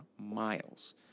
miles